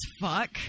fuck